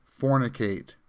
fornicate